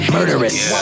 Murderous